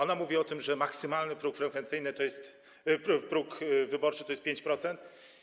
Ona mówi o tym, że maksymalny próg frekwencyjny, próg wyborczy to jest 5%.